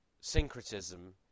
syncretism